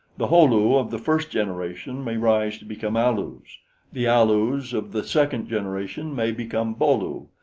the ho-lu of the first generation may rise to become alus the alus of the second generation may become bo-lu,